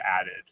added